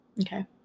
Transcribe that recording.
Okay